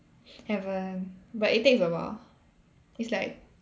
haven't but it takes awhile it's like